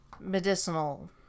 medicinal